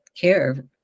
care